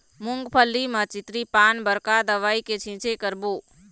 मूंगफली म चितरी पान बर का दवई के छींचे करबो?